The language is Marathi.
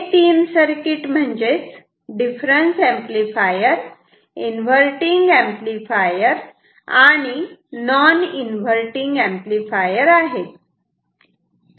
हे तीन सर्किट म्हणजेच डिफरन्स एंपलीफायर इन्व्हर्टिंग एंपलीफायर आणि नॉन इन्व्हर्टिंग एंपलीफायर आहे